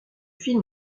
film